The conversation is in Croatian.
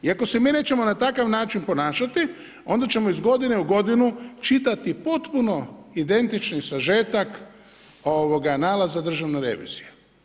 I ako se mi nećemo na taj način ponašati onda ćemo iz godine u godinu čitati potpuno identični sažetak nalaza državne revizije.